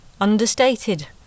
understated